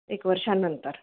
एक वर्षानंतर